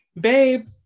babe